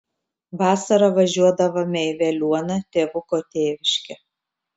vasarą važiuodavome į veliuoną tėvuko tėviškę